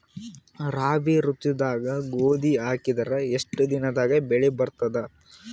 ರಾಬಿ ಋತುದಾಗ ಗೋಧಿ ಹಾಕಿದರ ಎಷ್ಟ ದಿನದಾಗ ಬೆಳಿ ಬರತದ?